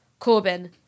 Corbyn